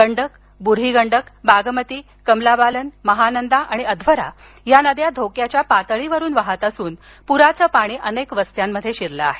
गंडक बुऱ्ही गंडक बागमतीकमलाबालन महानंदा आणि अध्वरा या नद्यांच्या धोक्याच्या पातळीवरून वाहात असून पुराचं पाणी अनेक वस्त्यांमध्ये शिरलं आहे